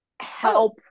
Help